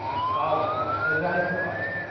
followed, as i thought,